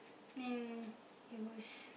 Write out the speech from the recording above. then he was